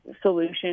solution